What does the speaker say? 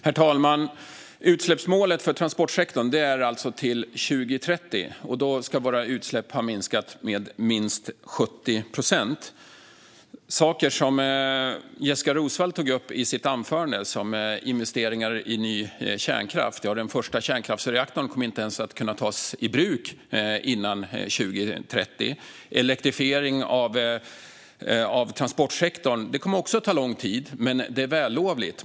Herr talman! Utsläppsmålet för transportsektorn är alltså till 2030. Då ska våra utsläpp ha minskat med minst 70 procent. Jessika Roswall tog i sitt anförande upp saker som investeringar i ny kärnkraft. Den första kärnkraftsreaktorn kommer inte ens att kunna tas i bruk före 2030. Elektrifiering av transportsektorn kommer också att ta lång tid, men det är vällovligt.